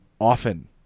often